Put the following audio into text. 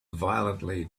violently